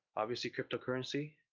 obviously cryptocurrency,